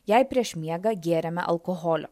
jei prieš miegą gėrėme alkoholio